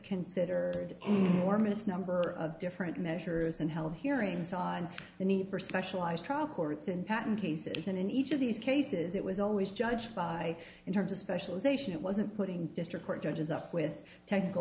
consider mormon it's number of different measures and held hearings on the need for specialized trial courts and patent pieces and in each of these cases it was always judged by in terms of specialization it wasn't putting district court judges up with technical